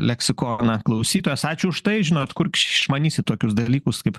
leksikoną klausytojas ačiū už tai žinot kur išmanyti tokius dalykus kaip